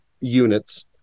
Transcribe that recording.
units